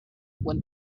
when